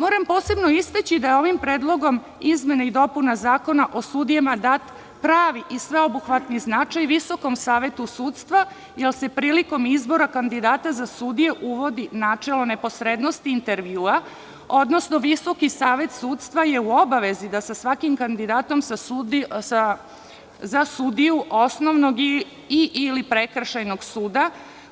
Moram posebno istaći da je ovim Predlogom izmena i dopuna Zakona o sudijama dat pravi i sveobuhvatni značaj Visokom savetu sudstva, jer se prilikom izbora kandidata za sudije uvodi načelo neposrednosti intervjua, odnosno Visoki savet sudstva je u obavezi da sa svakim kandidatom za sudiju osnovnog ili prekršajnog suda